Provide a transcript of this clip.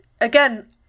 again